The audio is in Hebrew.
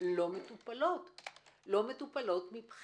לא מטופלות מבחינתכם.